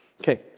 Okay